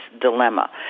dilemma